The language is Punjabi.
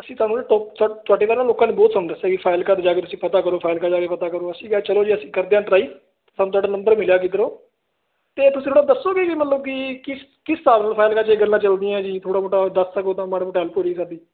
ਅਸੀਂ ਤੁਹਾਨੂੰ ਨਾ ਤ ਤੁ ਤੁਹਾਡੇ ਘਰ ਨਾ ਲੋਕਾਂ ਨੇ ਬਹੁਤ ਸਾਨੂੰ ਦੱਸਿਆ ਕਿ ਫਾਜ਼ਿਲਕਾ ਜਾ ਕੇ ਤੁਸੀਂ ਪਤਾ ਕਰੋ ਫਾਜ਼ਿਲਕਾ ਜਾ ਕੇ ਪਤਾ ਕਰੋ ਅਸੀਂ ਕਿਹਾ ਚਲੋ ਜੀ ਅਸੀਂ ਕਰਦੇ ਹਾਂ ਟਰਾਈ ਸਾਨੂੰ ਤੁਹਾਡਾ ਨੰਬਰ ਮਿਲਿਆ ਕਿੱਧਰੋਂ ਅਤੇ ਤੁਸੀਂ ਥੋੜ੍ਹਾ ਦੱਸੋਗੇ ਕਿ ਮਤਲਬ ਕਿ ਕਿਸ ਕਿਸ ਹਿਸਾਬ ਨਾਲ ਫਾਜ਼ਿਲਕਾ 'ਚ ਇਹ ਗੱਲਾਂ ਚੱਲਦੀਆਂ ਜੀ ਥੋੜ੍ਹਾ ਬਹੁਤਾ ਦੱਸ ਸਕੋ ਤਾਂ ਮਾੜਾ ਮੋਟਾ ਹੇਲਪ ਹੋ ਜੇ ਸਾਡੀ